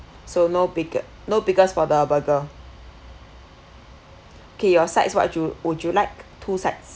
so no pickl~ no pickles for the burger okay your sides what you would you like two sides